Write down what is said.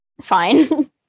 fine